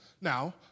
Now